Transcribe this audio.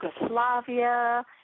Yugoslavia